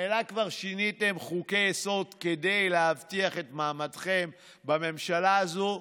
ממילא כבר שיניתם חוקי-יסוד כדי להבטיח את מעמדכם בממשלה הזאת.